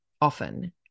often